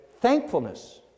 thankfulness